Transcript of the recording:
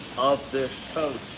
of this